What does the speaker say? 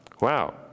Wow